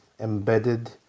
embedded